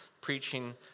preaching